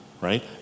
right